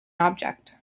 object